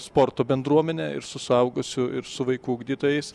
sporto bendruomene ir su suaugusių ir su vaikų ugdytojais